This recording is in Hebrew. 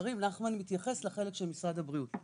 נחמן מתייחס לחלק של משרד הבריאות.